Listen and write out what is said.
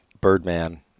Birdman